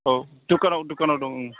औ दखानाव दखानाव दं